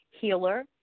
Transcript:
healer